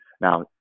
Now